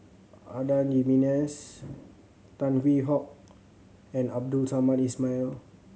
Adan Jimenez Tan Hwee Hock and Abdul Samad Ismail